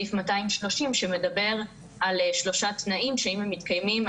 סעיף 230 שמדבר על שלושה תנאים שאם הם מתקיימים,